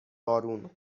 بارون